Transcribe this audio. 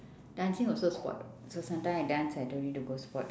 dancing also sport [what] so sometimes I dance I don't need to go sport